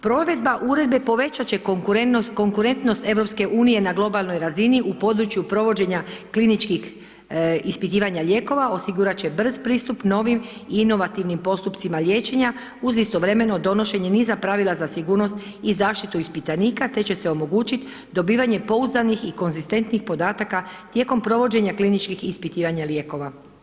Provedba uredbe povećat će konkurentnost EU na globalnoj razini u području provođenja kliničkih ispitivanja lijekova, osigurat će brz pristup novim i inovativnim postupcima liječenja uz istovremeno donošenje niza pravila za sigurnost i zaštitu ispitanika te će se omogućiti dobivanje pouzdanih i konzistentnih podataka tijekom provođenja kliničkih ispitivanja lijekova.